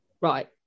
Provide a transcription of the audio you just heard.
Right